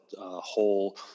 whole